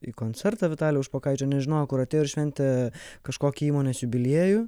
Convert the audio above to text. į koncertą vitalijaus špokaičio nežinojo kur atėjo ir šventė kažkokį įmonės jubiliejų